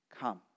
Come